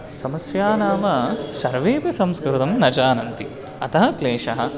समस्या नाम सर्वेपि संस्कृतं न जानन्ति अतः क्लेशः